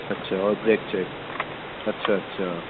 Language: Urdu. اچھا اور بریک چیک اچھا اچھا